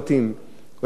מקום שהציבור לא ידע,